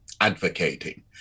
advocating